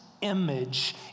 image